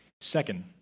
Second